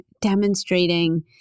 demonstrating